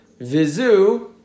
vizu